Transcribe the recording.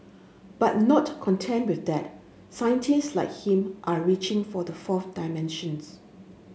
but not content with that scientists like him are reaching for the fourth dimensions